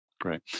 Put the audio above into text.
Great